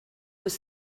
was